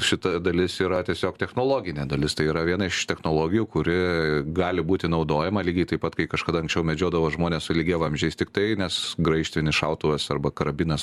šita dalis yra tiesiog technologinė dalis tai yra viena iš technologijų kuri gali būti naudojama lygiai taip pat kai kažkada anksčiau medžiodavo žmonės su lygiavamzdžiais tiktai nes graižtvinis šautuvas arba karabinas